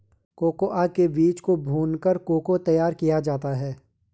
cocoa के बीज को भूनकर को को तैयार किया जाता है